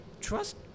trust